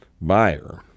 buyer